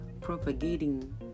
propagating